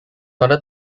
mother